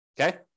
okay